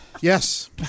Yes